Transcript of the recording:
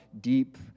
deep